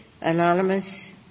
anonymous